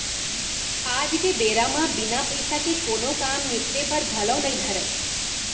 आज के बेरा म बिना पइसा के कोनों काम निपटे बर घलौ नइ धरय